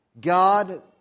God